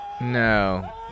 No